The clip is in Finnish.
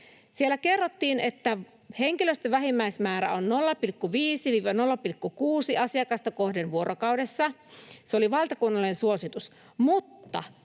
Siellä kerrottiin, että henkilöstön vähimmäismäärä on 0,5–0,6 asiakasta kohden vuorokaudessa — se oli valtakunnallinen suositus